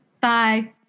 Bye